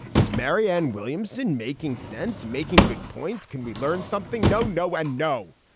is marianne williamson making sense, making good points? can we learn something? no, no and no.